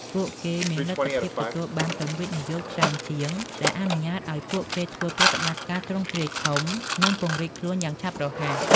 ពួកគេមានលទ្ធភាពទទួលបានទុនវិនិយោគច្រើនជាង ដែលអនុញ្ញាតឲ្យពួកគេធ្វើប្រតិបត្តិការទ្រង់ទ្រាយធំ និងពង្រីកខ្លួនយ៉ាងឆាប់រហ័ស។